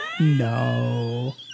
No